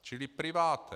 Čili privátem.